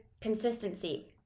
consistency